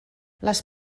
les